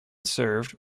served